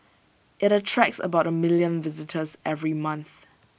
IT attracts about A million visitors every month